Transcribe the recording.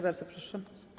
Bardzo proszę.